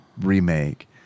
remake